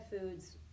foods